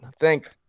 Thank